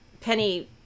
Penny